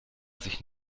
sich